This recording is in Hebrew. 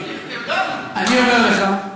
אני אומר לך,